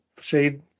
shade